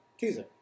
Teaser